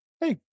hey